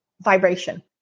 vibration